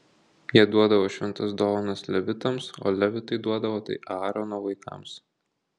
jie duodavo šventas dovanas levitams o levitai duodavo tai aarono vaikams